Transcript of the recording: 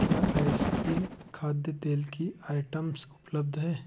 क्या ice cream खाद्य तेल की आइटम्स उपलब्ध है